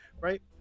right